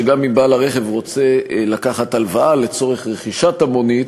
גם אם בעל הרכב רוצה לקחת הלוואה לצורך רכישת המונית,